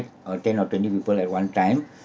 uh ten or twenty people at one time